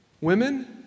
Women